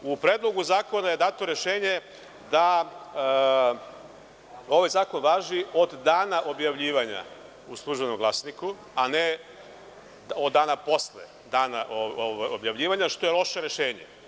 U Predlogu zakona je dato rešenje da ovaj zakon važi od dana objavljivanja u „Službenom glasniku“, a ne od dana posle objavljivanja što je loše rešenje.